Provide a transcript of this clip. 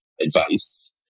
advice